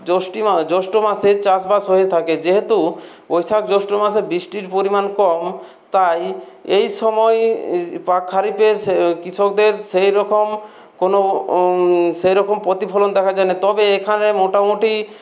জ্যৈষ্ঠ মাস জ্যৈষ্ঠ মাসে চাষবাস হয়ে থাকে যেহেতু বৈশাখ জ্যৈষ্ঠ মাসে বৃষ্টির পরিমাণ কম তাই এই সময় পাক খারিফে এসে কৃষকদের সেইরকম কোনও সেইরকম প্রতিফলন দেখা যায় না তবে এখানে মোটামুটি